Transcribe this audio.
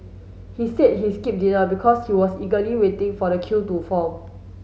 he said he skipped dinner because he was eagerly waiting for the queue to form